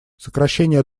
сокращение